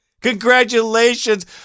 Congratulations